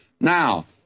Now